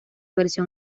versión